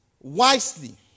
wisely